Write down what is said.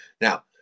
Now